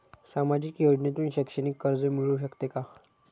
सामाजिक योजनेतून शैक्षणिक कर्ज मिळू शकते का?